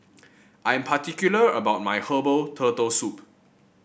I am particular about my Herbal Turtle Soup